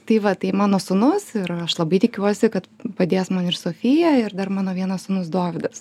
tai va tai mano sūnus ir aš labai tikiuosi kad padės man ir sofija ir dar mano vienas sūnus dovydas